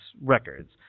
records